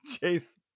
Chase